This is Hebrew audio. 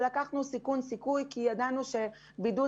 לקחנו סיכון וגם סיכוי כי ידענו שקיימת